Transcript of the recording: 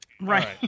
Right